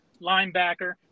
linebacker